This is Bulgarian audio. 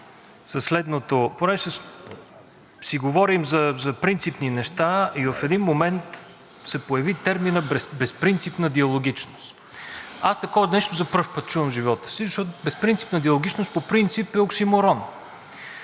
понеже си говорим за принципни неща, и в един момент се появи терминът „безпринципна диалогичност“. Аз такова нещо за първи път чувам в живота си, защото „безпринципна диалогичност“ по принцип е оксиморон.